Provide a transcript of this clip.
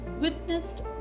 witnessed